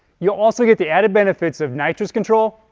you'll also get the added benefits of nitrous control,